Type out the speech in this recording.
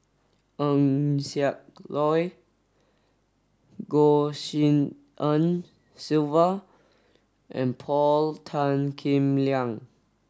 Eng Siak Loy Goh Tshin En Sylvia and Paul Tan Kim Liang